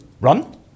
Run